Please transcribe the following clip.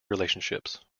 relationships